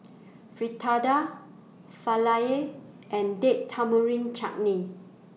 Fritada Falafel and Date Tamarind Chutney